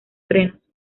frenos